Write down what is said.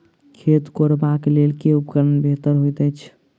खेत कोरबाक लेल केँ उपकरण बेहतर होइत अछि?